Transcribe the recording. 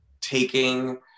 taking